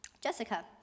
Jessica